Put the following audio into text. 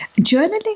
Journaling